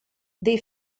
they